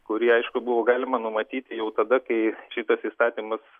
kurį aišku buvo galima numatyti jau tada kai šitas įstatymas